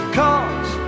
cause